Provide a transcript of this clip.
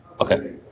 Okay